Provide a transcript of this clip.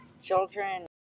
children